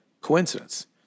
coincidence